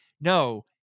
No